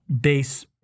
base